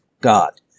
God